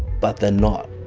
but they're not.